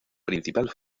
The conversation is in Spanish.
principal